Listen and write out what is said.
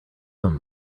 them